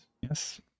Yes